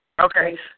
Okay